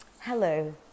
Hello